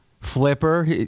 Flipper